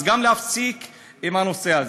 אז גם, להפסיק עם הנושא הזה.